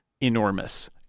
enormous